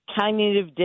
cognitive